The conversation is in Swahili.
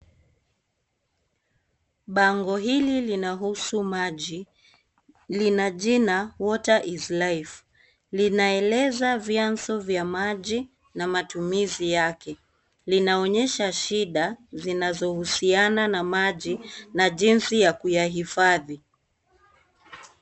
Bango hili linahusu maji lina jina (CS)water is life(CS),kinaeleza vyanzu vya maji na matumizi yake. Linaonyesha shida zinazohusiana na maji na jinsi ya kuhifadhi.